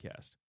podcast